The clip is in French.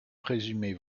présumée